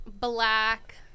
black